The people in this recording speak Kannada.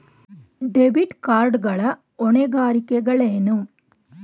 ಡೆಬಿಟ್ ಕಾರ್ಡ್ ಗಳ ಹೊಣೆಗಾರಿಕೆಗಳೇನು?